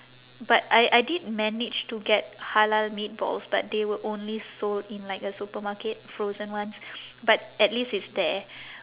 but I I did manage to get halal meatballs but they were only sold in like a supermarket frozen ones but at least it's there